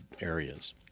areas